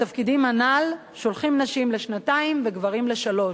התפקידים הנ"ל שולחים נשים לשנתיים וגברים לשלוש.